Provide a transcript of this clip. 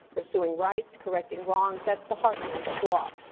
pursuing rights, correcting wrongs, that's the heartland of law.